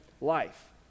life